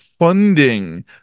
funding